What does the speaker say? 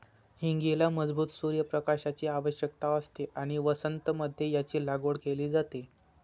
हींगेला मजबूत सूर्य प्रकाशाची आवश्यकता असते आणि वसंत मध्ये याची लागवड केली जाते